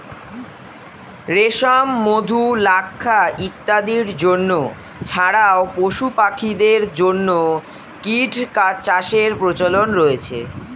রেশম, মধু, লাক্ষা ইত্যাদির জন্য ছাড়াও পশুখাদ্যের জন্য কীটচাষের প্রচলন রয়েছে